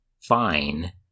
fine